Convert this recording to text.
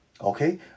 Okay